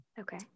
Okay